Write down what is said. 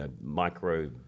micro